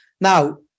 now